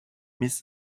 miss